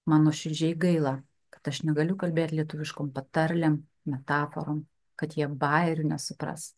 man nuoširdžiai gaila kad aš negaliu kalbėti lietuviškom patarlėm metaforom kad jie bjerių nesupras